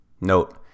note